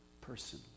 person